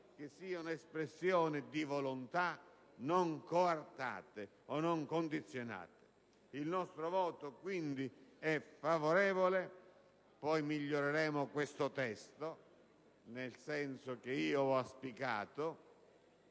che siano espressione di volontà non coartate o non condizionate. Il nostro voto è, quindi, favorevole. Poi miglioreremo questo testo nel senso che ho auspicato: